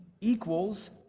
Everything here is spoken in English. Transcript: equals